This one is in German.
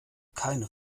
keine